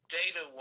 data